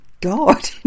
God